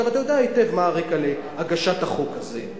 ועכשיו אתה יודע היטב מה הרקע להגשת החוק הזה.